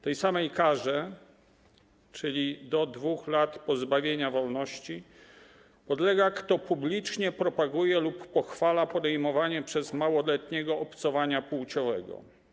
Tej samej karze, czyli do 2 lat pozbawienia wolności, podlega, kto publicznie propaguje lub pochwala podejmowanie przez małoletniego obcowania płciowego.